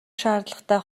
шаардлагатай